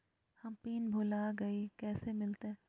हम पिन भूला गई, कैसे मिलते?